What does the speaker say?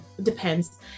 Depends